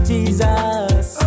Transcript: Jesus